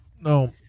no